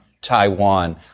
Taiwan